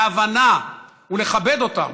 בהבנה, ולכבד אותם.